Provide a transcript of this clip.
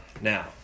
Now